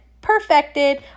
perfected